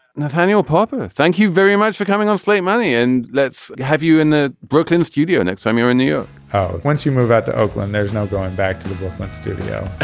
nathaniel popper thank you very much for coming on slate money and let's have you in the brooklyn studio. next time you're in new york once you move out to oakland there's no going back to the brooklyn studio.